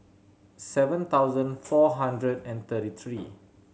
seven thousand four hundred and thirty three